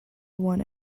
one